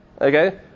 Okay